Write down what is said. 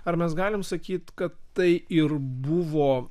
ar mes galim sakyt kad tai ir buvo